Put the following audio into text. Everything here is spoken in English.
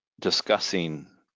discussing